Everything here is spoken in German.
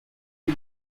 die